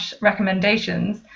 recommendations